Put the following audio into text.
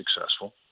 successful